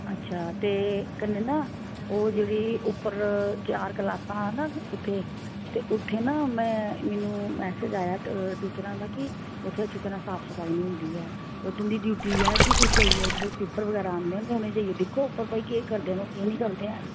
अच्छा ते कन्नै ना ओह् जेह्ड़ी उप्पर चार क्लासां ऐ ना उत्थे ते उत्थे ना में मिनू मैसेज आया ऐ टीचरां दा कि उत्थै अच्छी तरह साफ सफाई निं होंदी ऐ ते तुं'दी ड्यूटी ऐ कि तुस जाइयै ओह् जेह्ड़े स्वीपर बगैरा आंदे ते उ'नेंगी जाइयै दिक्खो उप्पर भई केह् करदे न ओह् केह् नेईं करदे हैन